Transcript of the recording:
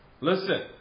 Listen